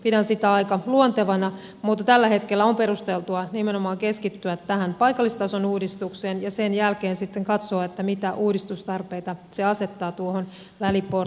pidän sitä aika luontevana mutta tällä hetkellä on perusteltua nimenomaan keskittyä tähän paikallistason uudistukseen ja sen jälkeen sitten katsoa mitä uudistustarpeita se asettaa väliportaalle